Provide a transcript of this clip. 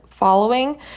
following